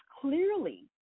clearly